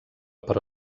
però